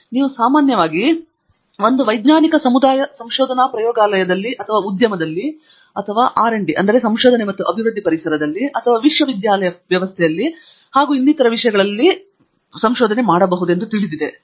ನೀವು ಸಾಮಾನ್ಯವಾಗಿ ನೀವು ಹೊಂದಿರುವ ಒಂದು ವೈಜ್ಞಾನಿಕ ಸಮುದಾಯ ಸಂಶೋಧನಾ ಪ್ರಯೋಗಾಲಯಗಳಲ್ಲಿ ಮತ್ತು ಉದ್ಯಮದಲ್ಲಿ ಸಂಶೋಧನೆ ಮತ್ತು ಅಭಿವೃದ್ಧಿ RD ಪರಿಸರ ವಿಶ್ವವಿದ್ಯಾಲಯ ವ್ಯವಸ್ಥೆಯಲ್ಲಿ ಮತ್ತು ಇನ್ನಿತರ ವಿಷಯಗಳಲ್ಲೂ ಸಹ ತಿಳಿದಿದೆ